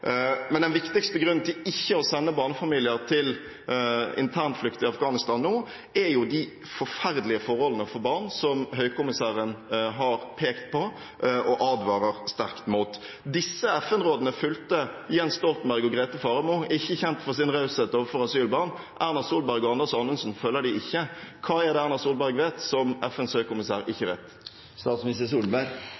Den viktigste grunnen til ikke å sende barnefamilier til internflukt i Afghanistan nå, er de forferdelige forholdene for barn, som høykommissæren har pekt på og advarer sterkt mot. Disse FN-rådene fulgte Jens Stoltenberg og Grete Faremo, som ikke er kjent for sin raushet overfor asylbarn. Erna Solberg og Anders Anundsen følger dem ikke. Hva er det Erna Solberg vet, som FNs høykommissær ikke vet?